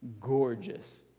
gorgeous